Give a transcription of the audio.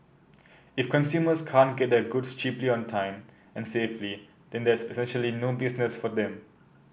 if consumers can't get their goods cheaply on time and safely then there's essentially no business for them